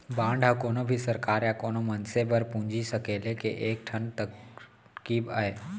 bond ह कोनो भी सरकार या कोनो मनसे बर पूंजी सकेले के एक ठन तरकीब अय